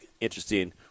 interesting